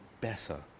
better